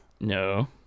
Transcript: No